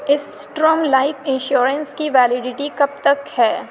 اس term life insurance کی validity کب تک ہے